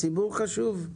הציבור חשוב.